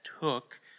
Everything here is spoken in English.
took